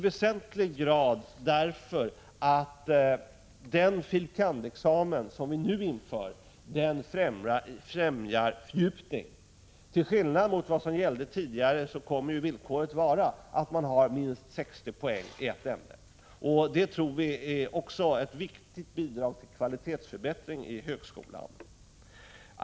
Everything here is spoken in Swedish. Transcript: Vi gör det därför att den fil. kand.-examen som vi nu inför i väsentlig grad också främjar fördjupning. Till skillnad från vad som gällde tidigare kommer villkoret att vara att man har minst 60 poäng i ett ämne. Vi tror att även det är ett viktigt bidrag till förbättringen av kvaliteten inom högskolan.